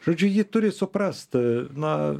žodžiu ji turi suprast na